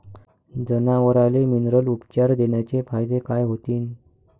जनावराले मिनरल उपचार देण्याचे फायदे काय होतीन?